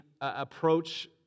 approach